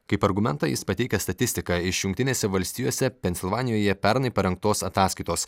kaip argumentą jis pateikia statistiką iš jungtinėse valstijose pensilvanijoje pernai parengtos ataskaitos